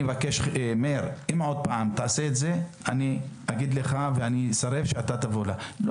מאיר, אם תעשה את זה עוד פעם אסרב שתבוא לכאן.